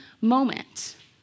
moment